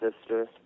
sister